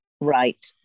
Right